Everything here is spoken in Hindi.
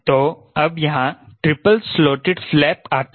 तो अब यहां ट्रिपल स्लॉटिड फ्लैप आता है